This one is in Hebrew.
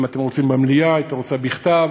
אם אתם רוצים במליאה, אם את רוצה בכתב.